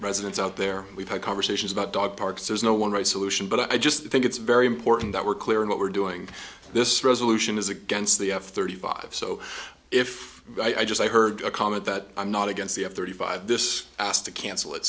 residence out there we've had conversations about dog parks there's no one right solution but i just think it's very important that we're clear in what we're doing this resolution is against the f thirty five so if i just i heard a comment that i'm not against the f thirty five this is to cancel it